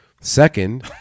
Second